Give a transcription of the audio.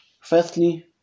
Firstly